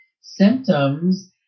symptoms